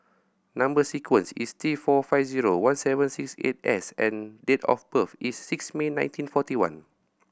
number sequence is T four five zero one seven six eight S and date of birth is six May nineteen forty one